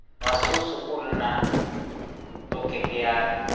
ᱱᱚᱣᱟ ᱥᱩᱨᱼᱥᱩᱯᱩᱨ ᱨᱮᱱᱟᱜ ᱫᱚ ᱠᱮ ᱠᱮ ᱟᱨ